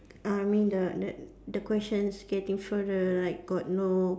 I mean the the the questions getting further like got no